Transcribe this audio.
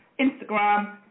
instagram